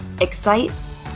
excites